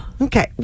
Okay